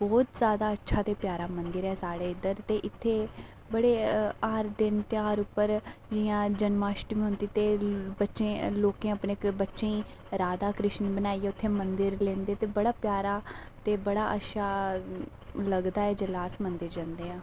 बहुत ज्यादा अच्छा ते प्यारा मंदर ऐ साढ़ा इद्धर ते इत्थै बड़े हर दिन ध्यार उप्पर जियां जन्मअष्टमी होंदी ते बच्चे लोकें अपने बच्चें गी राधाकृष्ण बनाइयै उत्थै मंदर लेंदे ते बड़ा प्यारा ते बड़ा अच्छा लगदा ऐ जेल्लै अस मंदर जन्ने आं